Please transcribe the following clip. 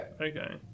Okay